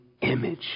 image